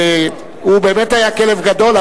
הוא באמת היה כלב גדול,